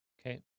Okay